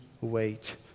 wait